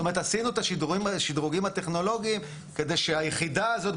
עשינו את השדרוגים הטכנולוגיים כדי שהיחידה הזאת,